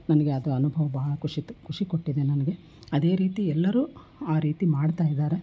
ನನಗೆ ಅದು ಅನುಭವ ಭಾಳ ಖುಷಿ ತ್ ಖುಷಿ ಕೊಟ್ಟಿದೆ ನನಗೆ ಅದೇ ರೀತಿ ಎಲ್ಲರೂ ಆ ರೀತಿ ಮಾಡ್ತಾ ಇದ್ದಾರೆ